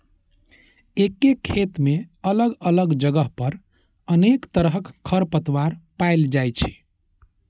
एके खेत मे अलग अलग जगह पर अनेक तरहक खरपतवार पाएल जाइ छै